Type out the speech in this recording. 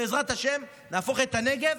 אנחנו, בעזרת השם, נהפוך את הנגב